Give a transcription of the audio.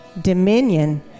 dominion